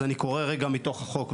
אז אני קורא רגע מתוך החוק.